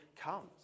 comes